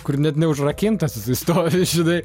kur net neužrakintas jisai stovi žinai